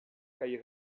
kaj